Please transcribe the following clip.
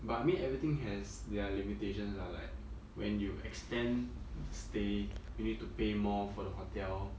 but I mean everything has their limitations ah like when you extend to stay you need to pay more for the hotel